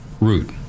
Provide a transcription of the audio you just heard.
root